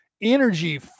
energy